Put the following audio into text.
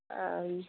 ஆ ம்